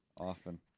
Often